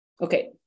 Okay